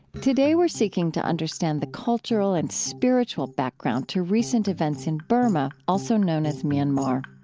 today, we're seeking to understand the cultural and spiritual background to recent events in burma, also known as myanmar